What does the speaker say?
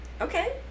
Okay